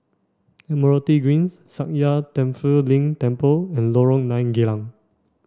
Admiralty Greens Sakya Tenphel Ling Temple and Lorong nine Geylang